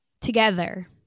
Together